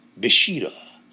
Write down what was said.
Bishira